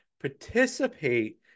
Participate